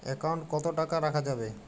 Account কত টাকা রাখা যাবে?